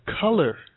color